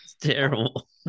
terrible